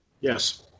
Yes